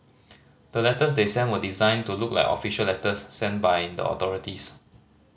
the letters they sent were designed to look like official letters sent by the authorities